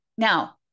Now